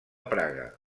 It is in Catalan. praga